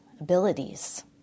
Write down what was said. abilities